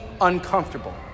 uncomfortable